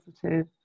positive